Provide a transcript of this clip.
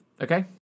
Okay